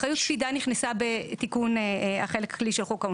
אחריות קפידה נכנסה בתיקון החלק כללי של חוק העונשין,